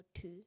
two